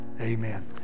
Amen